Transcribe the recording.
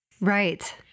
right